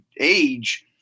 age